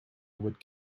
would